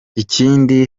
ikindi